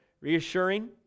reassuring